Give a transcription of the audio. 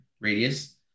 radius